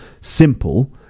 simple